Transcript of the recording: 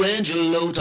Angelo